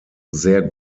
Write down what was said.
sehr